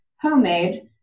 homemade